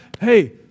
hey